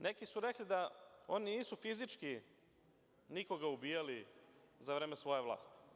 Neki su rekli da oni nisu fizički nikoga ubijali za vreme svoje vlasti.